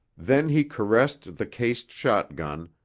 then he caressed the cased shotgun,